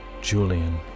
julian